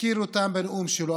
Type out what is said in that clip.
הזכיר בנאום שלו.